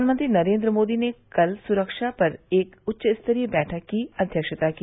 प्रधानमंत्री नरेन्द्र मोदी ने कल सुरक्षा पर एक उच्चस्तरीय बैठक की अध्यक्षता की